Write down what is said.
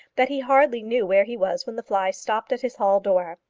that he hardly knew where he was when the fly stopped at his hall door.